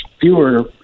fewer